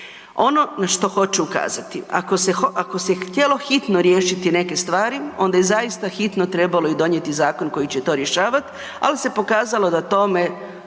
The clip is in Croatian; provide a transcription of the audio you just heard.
na što hoću ukazati, ako se htjelo hitno riješiti neke stvari, onda je i zaista hitno trebalo i donijeti zakon koji će to rješavati ali se pokazalo da tome